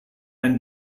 and